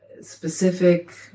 specific